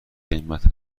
قیمت